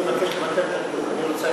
אני מבקש לבטל את הדיון.